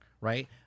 Right